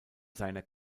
seiner